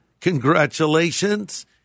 congratulations